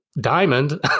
diamond